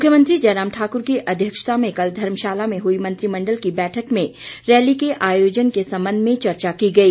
मुख्यमंत्री जयराम ठाकुर की अध्यक्षता में कल धर्मशाला में हुई मंत्रिमंडल की बैठक में रैली के आयोजन के संबंध में चर्चा की गई